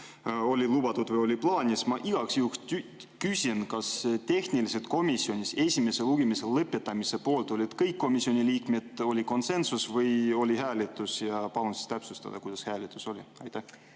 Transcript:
oli lubatud või oli plaan. Ma igaks juhuks küsin: kas tehniliselt komisjonis olid esimese lugemise lõpetamise poolt kõik komisjoni liikmed ja oli konsensus või oli hääletus? Ja palun siis täpsustada, kuidas hääletus[tulemus] oli. Aitäh,